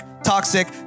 toxic